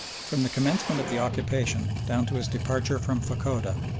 from the commencement of the occupation down to his departure from fachoda,